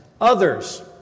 others